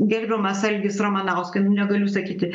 gerbiamas algis ramanauskas negaliu sakyti